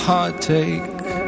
Heartache